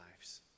lives